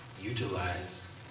Utilize